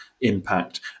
impact